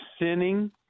sinning